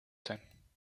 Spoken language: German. sein